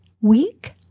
week